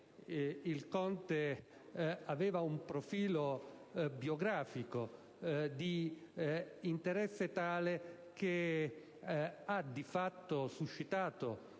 il conte aveva un profilo biografico di interesse tale che ha negli anni suscitato